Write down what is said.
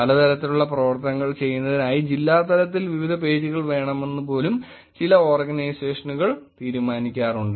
പല തരത്തിലുള്ള പ്രവർത്തനങ്ങൾ ചെയ്യുന്നതിനായി ജില്ലാ തലത്തിൽ വിവിധ പേജുകൾ വേണമെന്ന് ചില ഓർഗനൈസേഷനുകൾ തീരുമാനിക്കാറുണ്ട്